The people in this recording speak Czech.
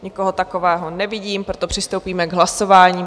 Nikoho takového nevidím, proto přistoupíme k hlasování.